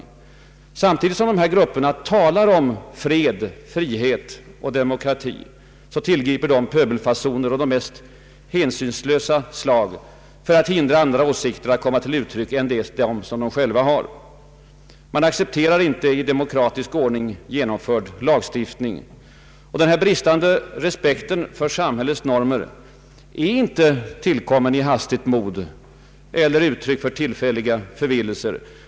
Samtidigt som dessa grupper talar om fred, frihet och demokrati, tillgriper de pöbelfasoner av det mest hänsynslösa slag för att hindra andra åsikter att komma till uttryck än dem som de själva har. Man accepterar inte i demokratisk ordning genomförd lagstiftning. Och denna bristande respekt för samhällets normer är inte tillkommen i hastigt mod eller uttryck för tillfälliga förvillelser.